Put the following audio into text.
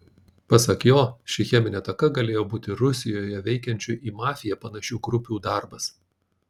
pasak jo ši cheminė ataka galėjo būti rusijoje veikiančių į mafiją panašių grupių darbas